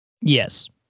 Yes